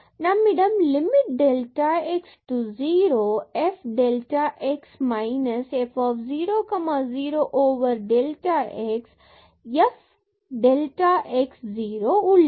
நம்மிடம் limit delta x to 0 f delta x 0 minus f 0 0 delta x f delta x 0 உள்ளது